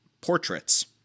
portraits